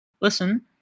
Listen